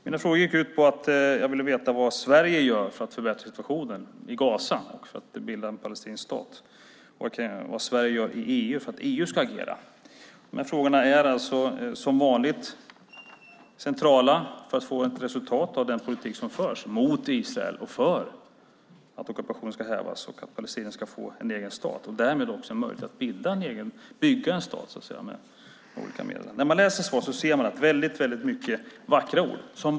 Mina frågor gick ut på att jag ville veta vad Sverige gör för att situationen i Gaza ska förbättras och för att en palestinsk stat ska bildas och vad Sverige gör i EU för att EU ska agera. Dessa frågor är som vanligt centrala för att det ska bli ett resultat av den politik som förs mot Israel och för att ockupationen ska hävas och att palestinierna ska få en egen stat och därmed också få möjlighet att bygga en stat med olika medel. När man läser svaren ser man att det som vanligt är många vackra ord.